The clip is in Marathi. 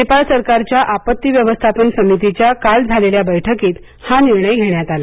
नेपाळ सरकारच्या आपत्ती व्यवस्थापन समितीच्या काल झालेल्या बैठकीत हा निर्णय घेण्यात आला